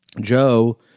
Joe